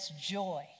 joy